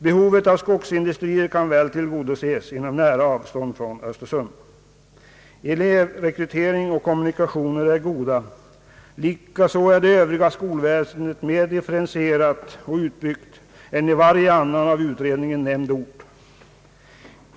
Behovet av skogsindustrier kan väl tillgodoses inom nära avstånd från Östersund. Elevrekrytering och kommunikationer är goda, likaså är det övriga skogsväsendet mer differentierat och utbyggt än i varje annan av utredningen nämnd ort.